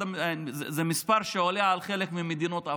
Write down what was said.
זה מספר שעולה על חלק ממדינות אפריקה.